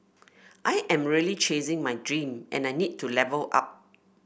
I am really chasing my dream and I need to level up